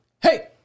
Hey